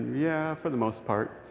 yeah, for the most part.